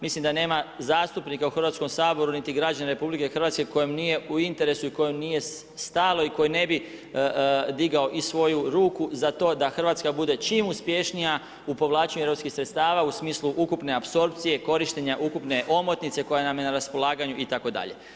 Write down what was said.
Mislim da nema zastupnika u Hrvatskom saboru niti građanina Republike Hrvatske kojem nije u interesu i kojem nije stalo i koji ne bi digao i svoju ruku za to da Hrvatska bude čim uspješnija u povlačenju europskih sredstava u smislu ukupne apsorpcije, korištenja ukupne omotnice koja nam je na raspolaganju itd.